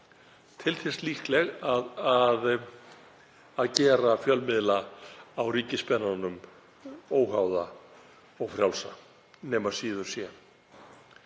til þess líkleg að gera fjölmiðla á ríkisspenanum óháða og frjálsa, nema síður sé.